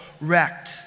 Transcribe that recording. wrecked